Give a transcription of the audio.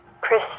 Chris